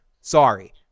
Sorry